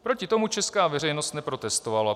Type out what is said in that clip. Proti tomu česká veřejnost neprotestovala.